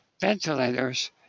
ventilators